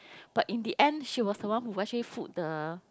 but in the end she was the one who actually foot the